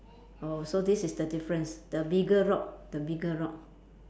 oh so this is the difference the bigger rock the bigger rock